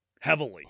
heavily